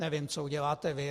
Nevím, co uděláte vy.